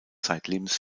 zeitlebens